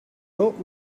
old